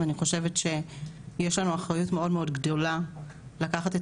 ואני חושבת שיש לנו אחריות מאוד גדולה לקחת את